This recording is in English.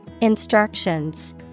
Instructions